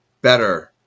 better